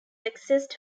accessed